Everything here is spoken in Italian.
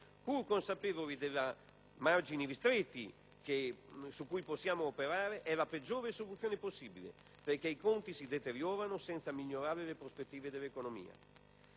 margini ristretti entro i quali possiamo operare, è la peggiore soluzione possibile perché i conti si deteriorano senza migliorare le prospettive dell'economia. I dati sono lì a confermarlo: